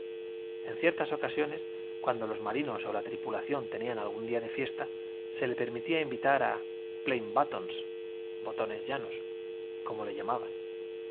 en ciertas ocasiones cuando los marinos o la tripulación tenían algún día de fiesta se les permitía invitar a plain buttons botones llanos como le llamaban